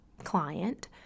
client